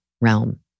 realm